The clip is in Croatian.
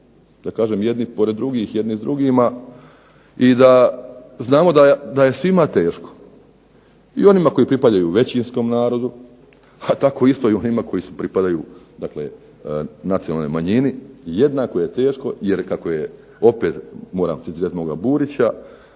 živimo jedni pored drugih, jedni s drugima i da znamo da je svima teško. I onima koji pripadaju većinskom narodu, a tako isto i onima koji pripadaju nacionalnoj manjini jednako je teško jer kako je, opet moram citirat moga Burića,